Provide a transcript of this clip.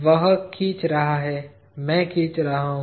वह खींच रहा है मैं खींच रहा हूं